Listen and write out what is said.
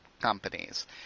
companies